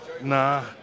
Nah